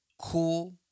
cool